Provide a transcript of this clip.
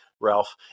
Ralph